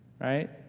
Right